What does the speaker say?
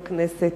לכנסת.